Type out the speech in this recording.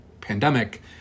pandemic